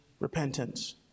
repentance